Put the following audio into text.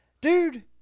dude